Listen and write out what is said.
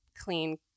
clean